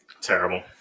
Terrible